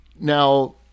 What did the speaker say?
Now